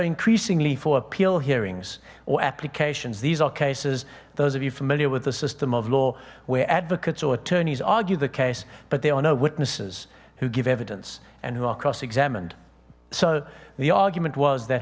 increasingly for appeal hearings or applications these are cases those of you familiar with the system of law where advocates or attorneys argue the case but there are no witnesses who give evidence and who are cross examined so the argument was that